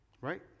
Right